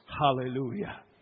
Hallelujah